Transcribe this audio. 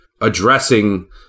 addressing